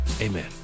Amen